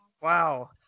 Wow